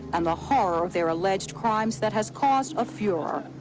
and the horror of their alleged crimes that has caused a furor.